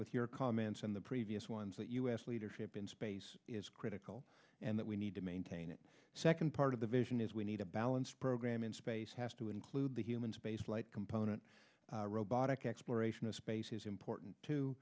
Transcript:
with your comments in the previous ones that u s leadership in space is critical and that we need to maintain it second part of the vision is we need a balanced program in space has to include the human space flight component robotic exploration of space is important too